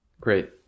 Great